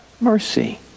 mercy